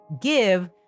give